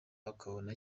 bakabona